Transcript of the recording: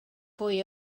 fwy